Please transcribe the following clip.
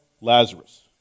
Lazarus